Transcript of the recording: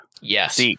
Yes